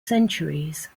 centuries